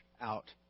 out